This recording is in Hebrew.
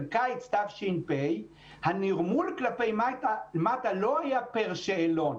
של קיץ תש"ף, הנירמול כלפי מטה לא היה פר שאלון.